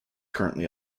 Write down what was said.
currently